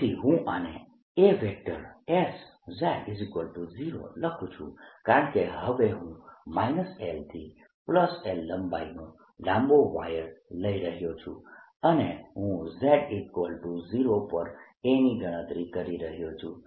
તેથી હું આને Asz0 લખુ છું કારણકે હવે હું -L થી L લંબાઈનો લાંબો વાયર લઈ રહ્યો છું અને હું z0 પર A ની ગણતરી કરી રહ્યો છું